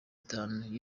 itanu